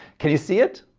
can you see it?